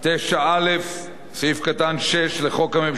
9(א)(6) לחוק הממשלה,